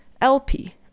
LP